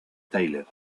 tyler